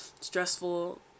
stressful